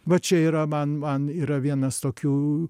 va čia yra man man yra vienas tokių